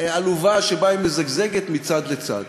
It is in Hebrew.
שבה היא מזגזגת מצד לצד.